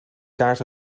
kaart